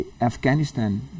Afghanistan